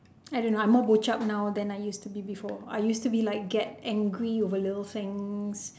I don't know I'm more bochup now than I used to be before I used to be like get angry over little things